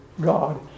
God